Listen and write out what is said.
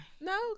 No